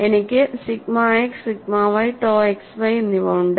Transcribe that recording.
എനിക്ക് sigma x sigma y to x y എന്നിവ ഉണ്ട്